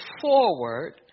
forward